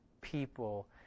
people